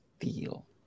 feel